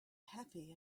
happy